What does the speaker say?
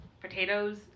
potatoes